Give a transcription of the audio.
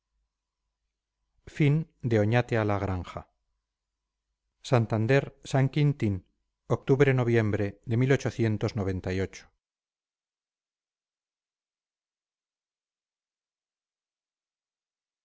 santander san quintín octubre noviembre de